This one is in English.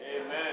Amen